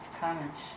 comments